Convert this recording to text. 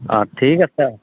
অঁ ঠিক আছে